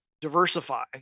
diversify